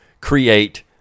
create